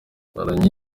mporanyi